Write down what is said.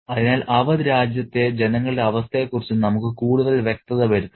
അതിനാൽ അവധ് രാജ്യത്തെ ജനങ്ങളുടെ അവസ്ഥയെക്കുറിച്ച് നമുക്ക് കൂടുതൽ വ്യക്തത വരുത്താം